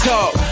Talk